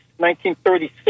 1936